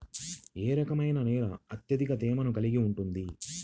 ఏ రకమైన నేల అత్యధిక తేమను కలిగి ఉంటుంది?